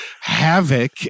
havoc